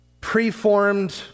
preformed